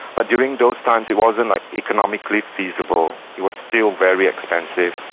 but during those times it wasn't like economically feasible, it was still very expensive.